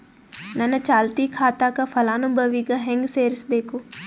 ನನ್ನ ಚಾಲತಿ ಖಾತಾಕ ಫಲಾನುಭವಿಗ ಹೆಂಗ್ ಸೇರಸಬೇಕು?